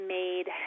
made